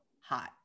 hot